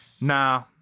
nah